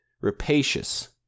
rapacious